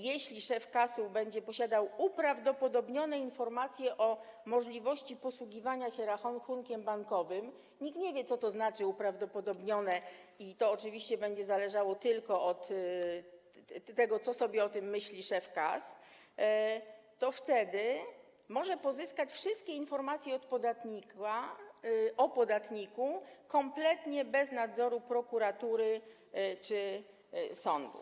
Jeśli szef KAS-u będzie posiadał uprawdopodobnione informacje o możliwości posługiwania się rachunkiem bankowym - nikt nie wie, co to znaczy: uprawdopodobnione, i to oczywiście będzie zależało tylko od tego, co sobie o tym myśli szef KAS - to wtedy może pozyskać wszystkie informacje o podatniku kompletnie bez nadzoru prokuratury czy sądu.